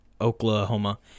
Oklahoma